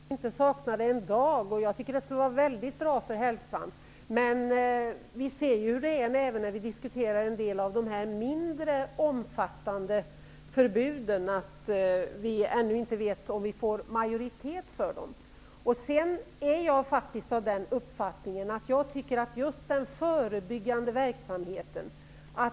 Herr talman! För mig fick det väldigt gärna bli förbud. Jag skulle inte sakna rökningen en dag. Jag tycker det skulle vara väldigt bra för hälsan. Men vi ser hur det är även när vi diskuterar en del av de mindre omfattande förbuden. Vi vet ännu inte om vi får majoritet för dem. Jag är faktiskt av den uppfattningen att den förebyggande verksamheten är viktig.